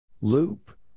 Loop